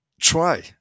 try